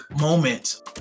moment